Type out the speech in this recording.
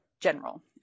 general